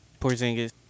Porzingis